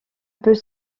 peut